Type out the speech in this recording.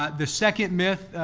ah the second myth,